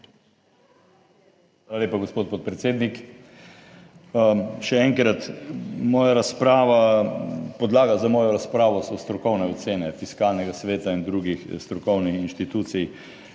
Hvala lepa, gospod podpredsednik, še enkrat. Moja razprava, podlaga za mojo razpravo so strokovne ocene Fiskalnega sveta in drugih strokovnih inštitucij.